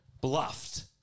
Bluffed